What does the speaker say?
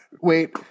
Wait